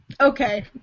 Okay